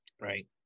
right